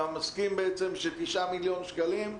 אתה מסכים ש-9 מיליון שקלים,